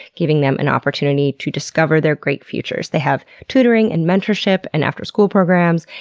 giving them an opportunity to discover their great futures. they have tutoring, and mentorship, and after school programs.